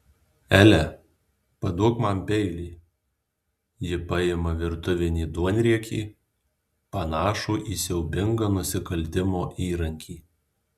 ele paduok man peilį ji paima virtuvinį duonriekį panašų į siaubingą nusikaltimo įrankį